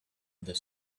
the